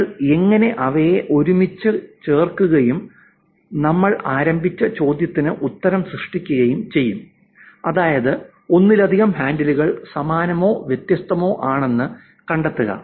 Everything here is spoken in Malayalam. നിങ്ങൾ എങ്ങനെ അവയെ ഒരുമിച്ച് ചേർക്കുകയും നമ്മൾ ആരംഭിച്ച ചോദ്യത്തിന് ഉത്തരം സൃഷ്ടിക്കുകയും ചെയ്യും അതായത് ഒന്നിലധികം ഹാൻഡിലുകൾ സമാനമോ വ്യത്യസ്തമോ ആണെന്ന് കണ്ടെത്തുക